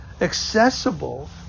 accessible